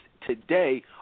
today